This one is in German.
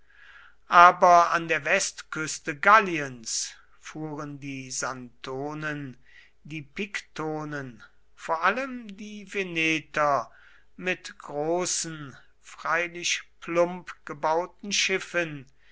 aber an der westküste galliens fuhren die santonen die pictonen vor allem die veneter mit großen freilich plump gebauten schiffen